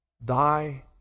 Thy